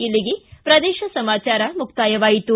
ಇಲ್ಲಿಗೆ ಪ್ರದೇಶ ಸಮಾಚಾರ ಮುಕ್ತಾಯವಾಯಿತು